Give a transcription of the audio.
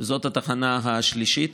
זאת התחנה השלישית.